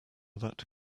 that